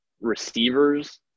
receivers